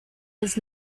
his